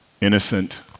innocent